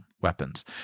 weapons